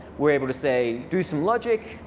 we're able to say, do some logic.